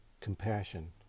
compassion